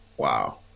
Wow